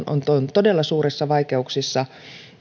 todella suurissa vaikeuksissa